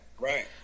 Right